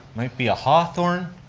might be a hawthorne.